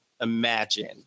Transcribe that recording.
imagine